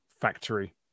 factory